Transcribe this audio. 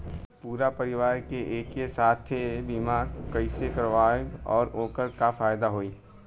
पूरा परिवार के एके साथे बीमा कईसे करवाएम और ओकर का फायदा होई?